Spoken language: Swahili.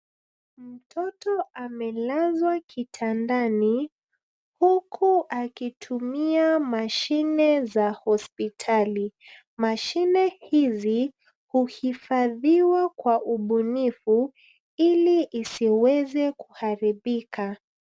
Mtoto amelazwa kitandani huku akitumia mashine za hospitali, mashine hizi huhifadhiwa kwa ubunifu ili isiweze kuharibika.